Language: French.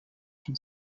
une